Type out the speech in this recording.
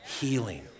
healing